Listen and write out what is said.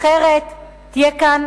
אחרת תהיה כאן